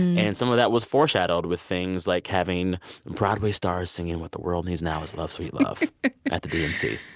and some of that was foreshadowed with things like having broadway stars singing what the world needs now is love, sweet love at the dnc